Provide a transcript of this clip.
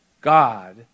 God